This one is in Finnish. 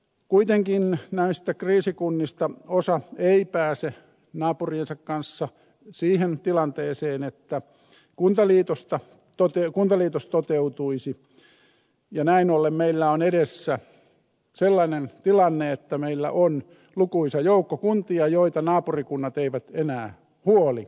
kuitenkaan näistä kriisikunnista osa ei pääse naapuriensa kanssa siihen tilanteeseen että kuntaliitos toteutuisi ja näin ollen meillä on edessä sellainen tilanne että meillä on lukuisa joukko kuntia joita naapurikunnat eivät enää huoli osakseen liitoksen kautta